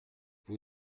vous